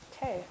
Okay